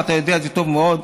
ואתה יודע את זה טוב מאוד,